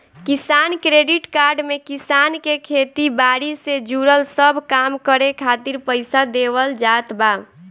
किसान credit card में किसान के खेती बारी से जुड़ल सब काम करे खातिर पईसा देवल जात बा